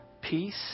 peace